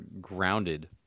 grounded